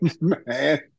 Man